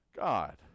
God